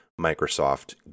Microsoft